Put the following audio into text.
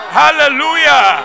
hallelujah